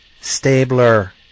Stabler